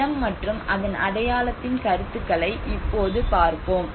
இடம் மற்றும் அதன் அடையாளத்தின் கருத்துக்களை இப்போது பார்ப்போம்